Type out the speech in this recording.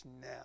now